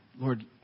Lord